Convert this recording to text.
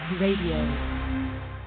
radio